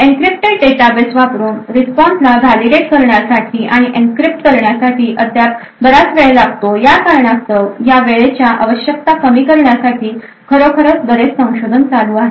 encrypted database वापरुन response ला validate करण्यासाठी आणि एन्क्रिप्ट करण्यासाठी अद्याप बराच वेळ लागतो या कारणास्तव या वेळेच्या आवश्यकता कमी करण्यासाठी खरोखर बरेच संशोधन चालू आहे